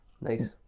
Nice